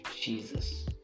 Jesus